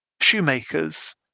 shoemakers